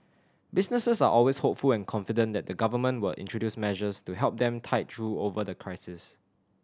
businesses are always hopeful and confident that the Government will introduce measures to help them tide through over the crisis